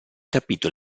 capito